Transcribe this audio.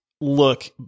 look